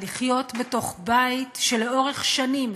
לחיות בתוך בית שלאורך שנים,